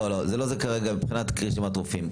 לא, זה לא זה כרגע מבחינת רשימת רופאים.